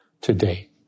Today